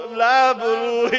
labru